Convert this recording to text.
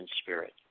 spirit